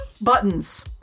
buttons